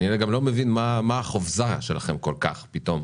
אני הרי גם לא מבין מה החיפזון שלכם כל כך פתאום,